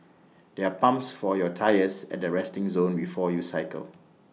there are pumps for your tyres at the resting zone before you cycle